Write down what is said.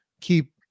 keep